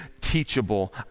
teachable